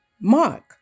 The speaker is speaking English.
Mark